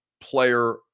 player